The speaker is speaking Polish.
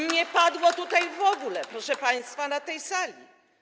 Nie padło to tutaj w ogóle, proszę państwa, na tej sali.